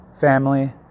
family